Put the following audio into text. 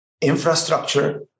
Infrastructure